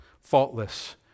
faultless